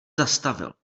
zastavil